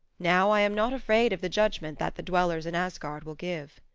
now i am not afraid of the judgment that the dwellers in asgard will give.